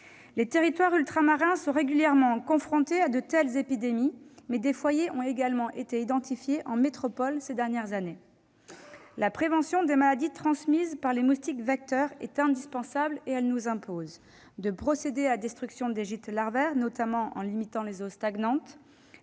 Les territoires ultramarins sont régulièrement confrontés à de telles épidémies, mais des foyers ont également été identifiés en métropole ces dernières années. La prévention des maladies transmises par les moustiques, indispensable, nous impose de détruire les gîtes larvaires, notamment en limitant les eaux stagnantes,